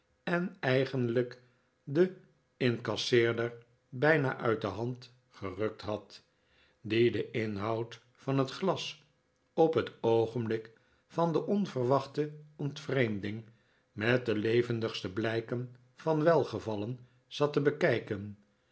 en eigenlijk den incasseerder bijna uit de hand gerukt had die den inhoud van het glas op het oogenblik van de onverwachte ontvreemding met de levendigste blijken van welgevallen zat te bekijken